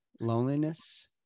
Loneliness